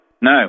No